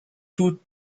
tout